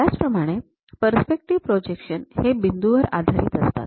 त्याचप्रमाणे perspective projection हे बिंदू वर आधारित असतात